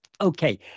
Okay